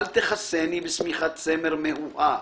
אל תכסני בשמיכת צמר מהוהה,